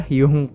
yung